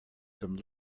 some